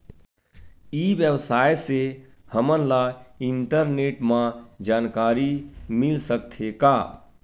ई व्यवसाय से हमन ला इंटरनेट मा जानकारी मिल सकथे का?